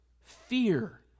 fear